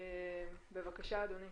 בבקשה, אדוני.